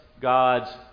God's